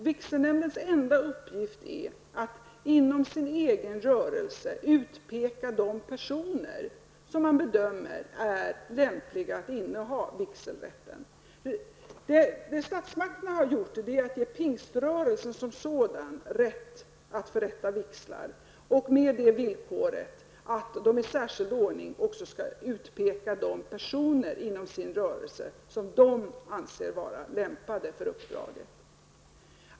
Vigselnämndens enda uppgift är att inom den egna rörelsen utpeka de personer som man bedömer vara lämpade att inneha vigselrätt. Det vi har gjort från statsmakternas sida är att vi har gett pingströrelsen som sådan rätt att förrätta vigslar, på det villkoret att man i särskild ordning pekar ut de personer inom den egna rörelsen som anses vara lämpade för uppdraget.